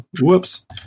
Whoops